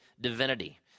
divinity